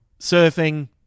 surfing